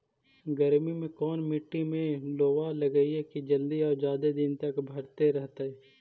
गर्मी में कोन मट्टी में लोबा लगियै कि जल्दी और जादे दिन तक भरतै रहतै?